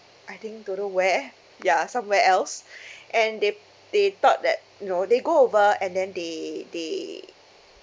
I think don't know where ya somewhere else and they they thought that no they go over and then they they